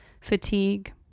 fatigue